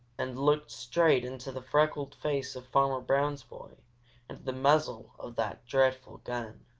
and looked straight into the freckled face of farmer brown's boy and the muzzle of that dreadful gun!